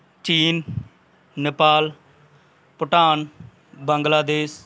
ਚੀਨ ਨੇਪਾਲ ਭੂਟਾਨ ਬਾਂਗਲਾਦੇਸ